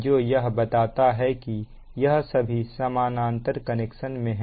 जो यह बताता है कि यह सभी समानांतर कनेक्शन में है